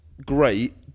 great